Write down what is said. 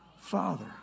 Father